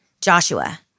Joshua